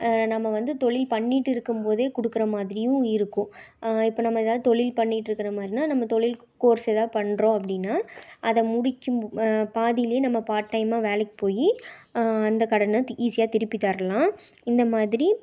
நம்ம வந்து தொழில் பண்ணிட்டு இருக்கும் போதே கொடுக்குற மாதிரியும் இருக்கும் இப்போ நம்ம எதாவது தொழில் பண்ணிட்டு இருக்கிற மாதிரினா நம்ம தொழில் கோர்ஸ் எதாவது பண்ணுறோம் அப்படின்னா அதை முடிக்கும் பாதிலேயே நம்ம பார்ட் டைமா வேலைக்கு போய் அந்த கடனை ஈஸியாக திருப்பி தரலாம் இந்தமாதிரி